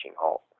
halt